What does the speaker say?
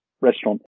restaurant